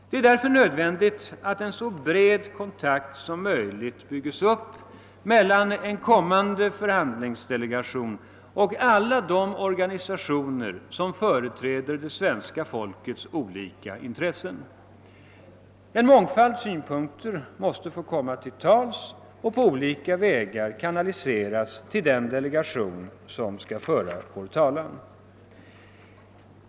Det är därför nödvändigt att en så bred kontakt som möjligt byggs upp mellan en kommande förhandlingsdelegation och alla de organisationer som företräder det svenska folkets olika intressen. En mångfald synpunkter måste få komma till uttryck och på olika vägar kanaliseras till den delegation som skall föra vår talan.